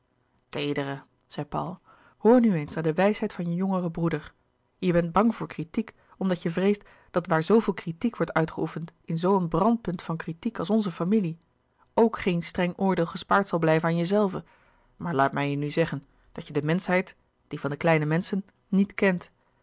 paul hoor nu eens naar louis couperus de boeken der kleine zielen de wijsheid van je jongeren broeder je bent bang voor kritiek omdat je vreest dat waar zooveel kritiek wordt uitgeoefend in zoo een brandpunt van kritiek als onze familie ook geen streng oordeel gespaard zal blijven aan jezelve maar laat mij je nu zeggen dat je de menschheid die van de kleine menschen niet kent